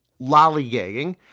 lollygagging